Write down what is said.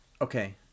okay